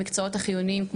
המקצועיים החיוניים,